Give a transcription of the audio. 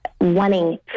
wanting